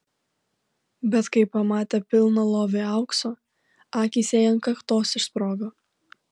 bet kai pamatė pilną lovį aukso akys jai ant kaktos išsprogo